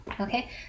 Okay